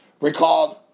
recalled